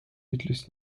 ütles